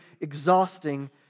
exhausting